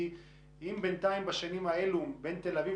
כי אם בינתיים בשנים האלה בין תל אביב